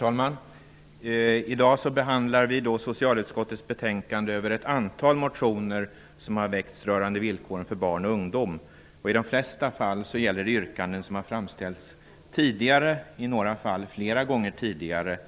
Herr talman! Vi behandlar i dag socialutskottets betänkande över ett antal motioner rörande villkoren för barn och ungdom. I de flesta fall gäller det yrkanden som har framställts tidigare, i några fall flera gånger tidigare.